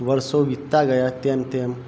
વર્ષો વિતતા ગયા તેમ તેમ